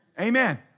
Amen